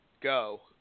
go